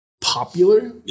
popular